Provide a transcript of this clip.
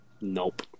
nope